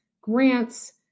grants